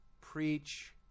preach